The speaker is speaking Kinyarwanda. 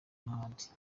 n’ahandi